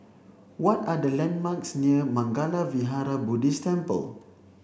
what are the landmarks near Mangala Vihara Buddhist Temple